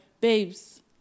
babes